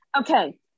Okay